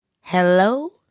Hello